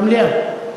במליאה.